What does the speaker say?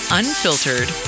unfiltered